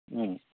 ओम